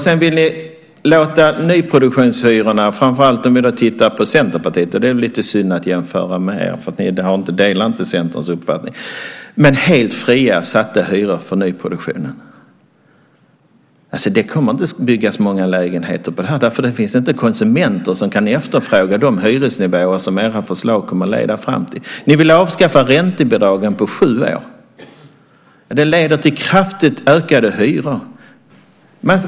Sedan vill ni låta hyrorna för nyproduktion, framför allt om vi tittar på Centerpartiets förslag - det är lite synd att jämföra med er eftersom ni inte delar Centerns uppfattning - sättas helt fritt. Det kommer inte att byggas många lägenheter då, därför att det finns inte konsumenter som kan efterfråga de hyresnivåer som era förslag kommer att leda fram till. Ni vill avskaffa räntebidragen på sju år. Det leder till kraftigt ökade hyror.